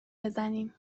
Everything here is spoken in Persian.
بزنیم